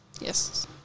yes